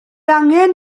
angen